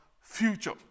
future